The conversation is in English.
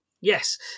Yes